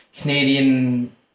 Canadian